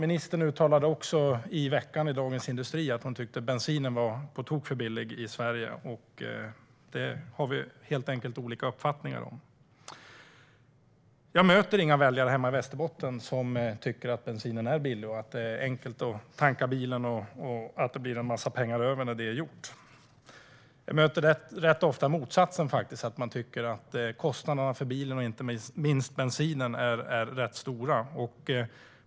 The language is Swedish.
Ministern uttalade i veckan i Dagens industri att hon tycker att bensinen är på tok för billig i Sverige. Det har vi helt enkelt olika uppfattningar om. Jag möter inga väljare hemma i Västerbotten som tycker att bensinen är billig, att det är enkelt att tanka bilen och att det blir en massa pengar över när det är gjort. Jag möter rätt ofta motsatsen: Man tycker att kostnaderna för bilen och inte minst för bensinen är rätt stora.